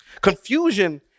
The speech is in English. Confusion